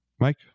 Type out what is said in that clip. Mike